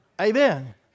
Amen